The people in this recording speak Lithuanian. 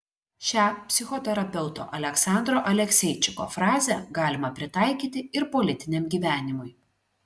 šią psichoterapeuto aleksandro alekseičiko frazę galima pritaikyti ir politiniam gyvenimui